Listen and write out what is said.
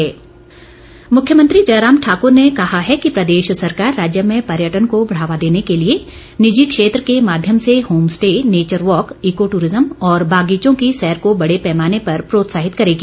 जयराम मुख्यमंत्री जयराम ठाकुर ने कहा है कि प्रदेश सरकार राज्य में पर्यटन को बढ़ावा देने के लिए निजी क्षेत्र के माध्यम से home stay nature walk eco tourism और बागीचों की सैर को बड़े पैमाने पर प्रोत्साहित करेगी